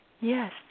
Yes